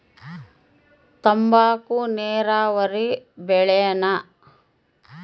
ತಂಬಾಕು ನೇರಾವರಿ ಬೆಳೆನಾ?